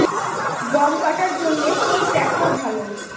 গম কাটার জন্যে কোন ট্র্যাক্টর ভালো?